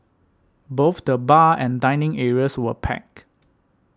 both the bar and dining areas were packed